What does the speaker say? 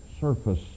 surface